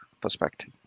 perspective